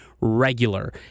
regular